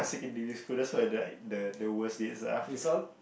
secondary school that's why the the the worst dates ah